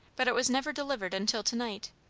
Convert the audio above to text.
but it was never delivered until to-night.